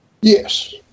Yes